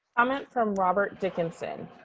comment from robert dickinson.